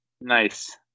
Nice